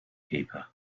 keeper